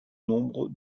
nombre